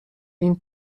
این